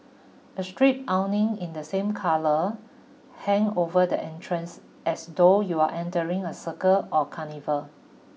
a striped awning in the same colours hang over the entrance as though you are entering a circus or carnival